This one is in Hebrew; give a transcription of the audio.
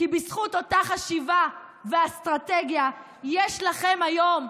כי בזכות אותה חשיבה ואסטרטגיה יש לכם היום,